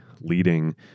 leading